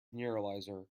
neuralizer